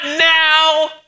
now